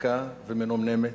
ריקה ומנומנמת.